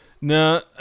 No